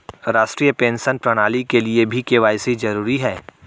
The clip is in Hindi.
राष्ट्रीय पेंशन प्रणाली के लिए भी के.वाई.सी जरूरी है